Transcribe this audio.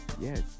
yes